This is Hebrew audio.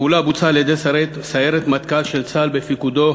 הפעולה בוצעה על-ידי סיירת מטכ"ל של צה"ל בפיקודו